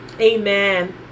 amen